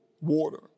water